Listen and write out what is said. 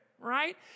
right